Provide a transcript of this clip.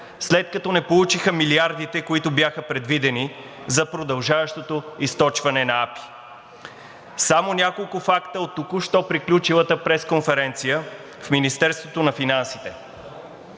след като не получиха милиардите, които бяха предвидени за продължаващото източване на АПИ. Само няколко факта от току-що приключилата пресконференция в Министерството на финансите: